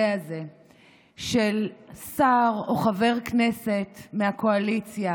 הזה של שר או חבר כנסת מהקואליציה,